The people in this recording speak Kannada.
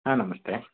ಹಾಂ ನಮಸ್ತೆ